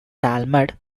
talmud